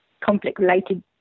conflict-related